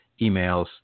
emails